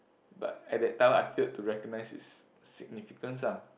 but at that time I failed to recognise its significance ah